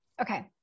Okay